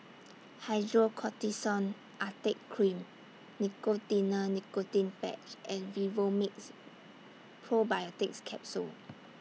Hydrocortisone Acetate Cream Nicotinell Nicotine Patch and Vivomixx Probiotics Capsule